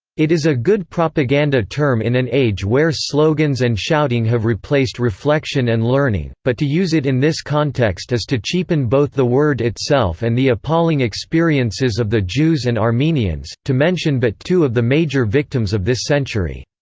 it is a good propaganda term in an age where slogans and shouting have replaced reflection and learning, but to use it in this context is to cheapen both the word itself and the appalling experiences of the jews and armenians, to mention but two of the major victims of this century.